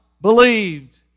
believed